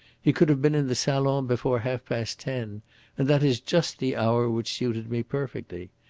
he could have been in the salon before half-past ten, and that is just the hour which suited me perfectly.